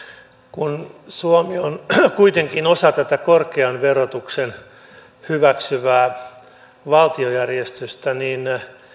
kun suomi on kuitenkin osa tätä korkean verotuksen hyväksyvää valtiojärjestystä niin